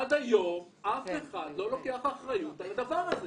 עד היום אף אחד לא לוקח אחריות על הדבר הזה.